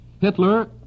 Hitler